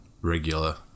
regular